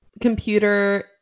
computer